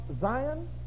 Zion